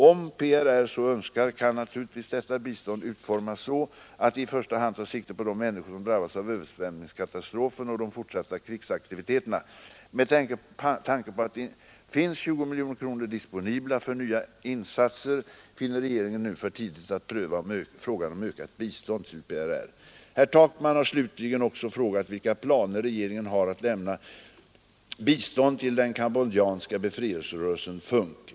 Om PRR så önskar kan naturligtvis detta bistånd utformas så att det i första hand tar sikte på de människor som drabbas av översvämningskatastrofen och de fortsatta krigsaktiviteterna. Med tanke på att det finns 20 miljoner kronor disponibla för nya insatser finner regeringen det nu för tidigt att pröva frågan om ökat bistånd till PRR. Herr Takman har slutligen också frågat vilka planer regeringen har att lämna bistånd till den cambodjanska befrielserörelsen FUNK.